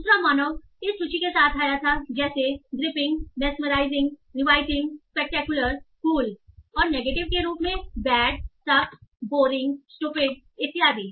दूसरा मानव की इस सूची के साथ आया था जैसे gripping mesmerising riveting spectacular cool और नेगेटिव के रूप में बैड सकस बोरिंग स्टूपिड इत्यादि